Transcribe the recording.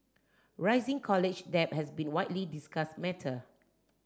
rising college debt has been widely discussed matter